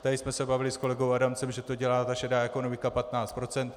Tady jsme se bavili s kolegou Adamcem, že to dělá, ta šedá ekonomika, 15 %.